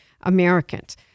Americans